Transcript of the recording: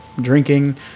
drinking